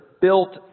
built